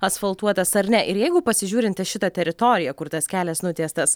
asfaltuotas ar ne ir jeigu pasižiūrint į šitą teritoriją kur tas kelias nutiestas